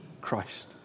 Christ